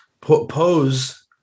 pose